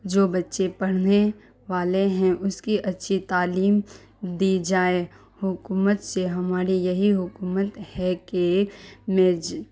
جو بچے پڑھنے والے ہیں اس کی اچھی تعلیم دی جائے حکومت سے ہماری یہی حکومت ہے کہ میں